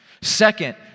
Second